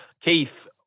Keith